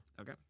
Okay